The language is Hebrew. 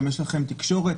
האם יש לכם תקשורת?